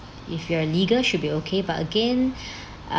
if you're legal should be okay but again uh